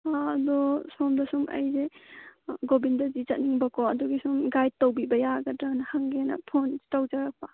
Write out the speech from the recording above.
ꯑꯗꯣ ꯁꯣꯝꯗꯁꯨꯝ ꯑꯩꯁꯦ ꯒꯣꯚꯤꯟꯗꯖꯤ ꯆꯠꯅꯤꯡꯕ ꯀꯣ ꯑꯗꯨꯒꯤ ꯁꯨꯝ ꯒꯥꯏꯗ ꯇꯧꯕꯤꯕ ꯌꯥꯒꯗ꯭ꯔꯅ ꯍꯪꯒꯦꯅꯥ ꯐꯣꯟ ꯇꯧꯖꯔꯛꯄ